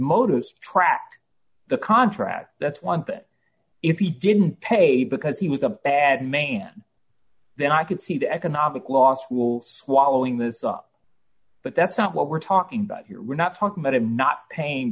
motives trashed the contract that's one thing if he didn't pay because he was a bad man then i could see the economic law school swallowing this up but that's not what we're talking about here we're not talking about it not pain